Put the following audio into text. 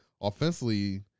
offensively